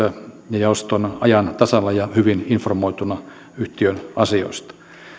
ja jaoston ajan tasalla ja hyvin informoituna yhtiön asioista